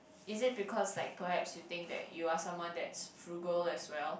is it because like perhaps you think that you are someone that's frugal as well